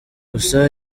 gusa